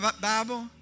Bible